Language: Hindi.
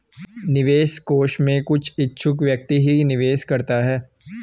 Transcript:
निवेश कोष में कुछ इच्छुक व्यक्ति ही निवेश करता है